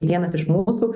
vienas iš mūsų